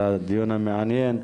על הדיון המעניין.